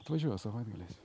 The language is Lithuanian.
atvažiuoja savaitgaliais